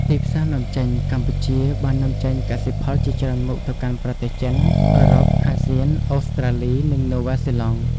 ទីផ្សារនាំចេញ កម្ពុជាបាននាំចេញកសិផលជាច្រើនមុខទៅកាន់ប្រទេសចិន អឺរ៉ុប អាស៊ាន អូស្ត្រាលី និងនូវែលសេឡង់។